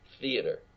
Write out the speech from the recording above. theater